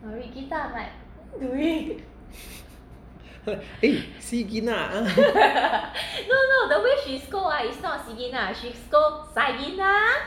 eh si gina